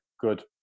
good